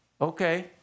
Okay